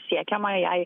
siekiama jai